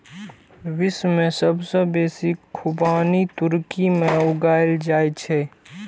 विश्व मे सबसं बेसी खुबानी तुर्की मे उगायल जाए छै